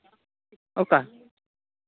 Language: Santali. ᱚᱠᱟ